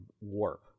Warp